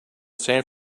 san